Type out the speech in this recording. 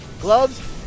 Gloves